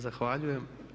Zahvaljujem.